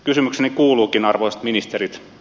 kysymykseni kuuluukin arvoisat ministerit